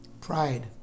Pride